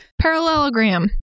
Parallelogram